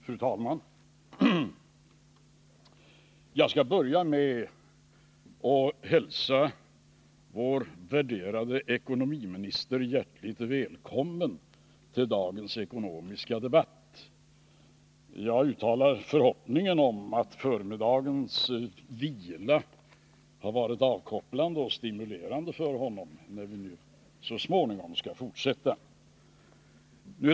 Fru talman! Jag skall börja med att hälsa vår värderade ekonomiminister hjärtligt välkommen till dagens ekonomiska debatt. Jag uttalar förhoppningen att förmiddagens vila har varit avkopplande och stimulerande för honom när vi nu så småningom skall fortsätta.